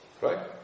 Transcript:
Right